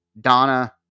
Donna